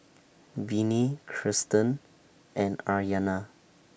Vinie Kirsten and Aryana